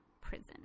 prison